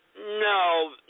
No